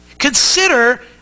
consider